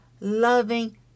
Loving